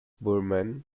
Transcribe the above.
burman